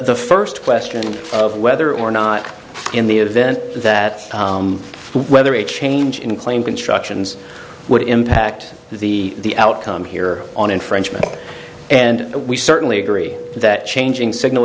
the first question of whether or not in the event that whether a change in claim constructions would impact the outcome here on infringement and we certainly agree that changing signal